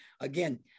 again